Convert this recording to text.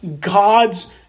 God's